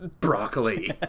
Broccoli